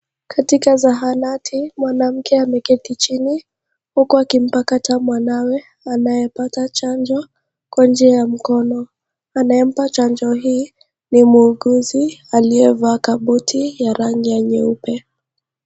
Katika sahanati mwanamke ameketi chini huku akimpakata mwanawe anayepata chanjo Kwa njia ya mkono. Anayempa chanjo hii ni muuguzi aliyevaa kabuti ya rangi ya nyeupe.